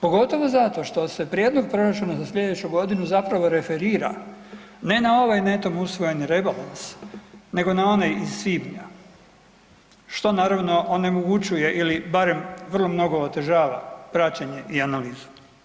Pogotovo zato što se prijedlog proračuna za slijedeću godinu zapravo referira ne na ovaj netom usvojeni rebalans nego na onaj iz svibnja što naravno onemogućuje ili barem vrlo mnogo otežava praćenje i analizu.